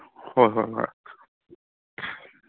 ꯍꯣꯏ ꯍꯣꯏ ꯍꯣꯏ